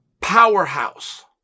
powerhouse